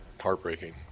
Heartbreaking